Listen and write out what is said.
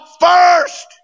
first